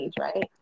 right